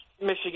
Michigan